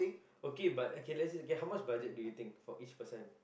okay but okay let's say okay how much budget do you think for each person